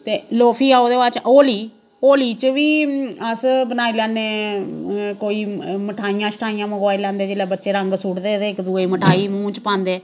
ते लो फ्ही ऐ ओह्दे बाद च होली होली च बी अस बनाई लैने कोई मिठाइयां शठाइयां मंगोआई लैंदे जेल्लै बच्चे रंग सुट्टदे ते इक दूऐ ई मठाई मूंह् च पांदे